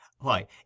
Why